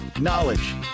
knowledge